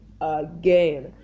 again